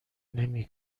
نمی